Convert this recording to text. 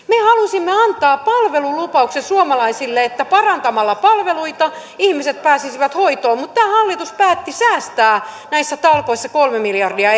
me halusimme antaa palvelulupauksen suomalaisille että parantamalla palveluita ihmiset pääsisivät hoitoon mutta tämä hallitus päätti säästää näissä talkoissa kolme miljardia